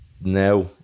now